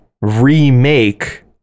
remake